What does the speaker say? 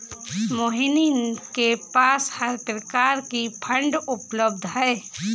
मोहिनी के पास हर प्रकार की फ़ंड उपलब्ध है